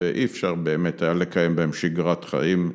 ‫ואי אפשר באמת היה ‫לקיים בהם שגרת חיים.